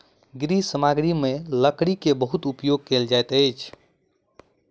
गृह सामग्री में लकड़ी के बहुत उपयोग कयल जाइत अछि